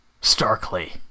starkly